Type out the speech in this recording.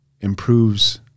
improves